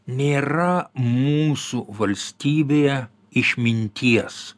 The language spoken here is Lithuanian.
nėra mūsų valstybėje išminties